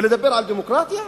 ולדבר על דמוקרטיה?